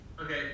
Okay